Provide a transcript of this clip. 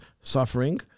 suffering